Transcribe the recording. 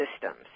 systems